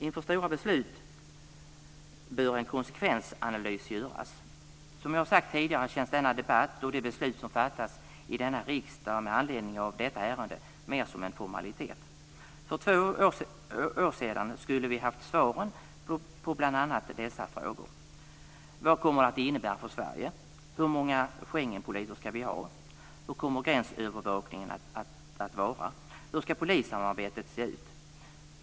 Inför stora beslut bör en konsekvensanalys göras. Som jag har sagt tidigare känns denna debatt och de beslut som fattas i denna riksdag med anledning av detta ärende mer som en formalitet. För två år sedan skulle vi haft svaren på bl.a. dessa frågor. Vad kommer det att innebära för Sverige? Hur många Schengenpoliser ska vi ha? Hur kommer gränsövervakningen att vara? Hur ska polissamarbetet se ut?